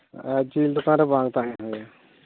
ᱡᱤᱞ ᱫᱚᱠᱟᱱ ᱨᱮ ᱵᱟᱝ ᱛᱟᱦᱮᱸ ᱦᱩᱭᱟ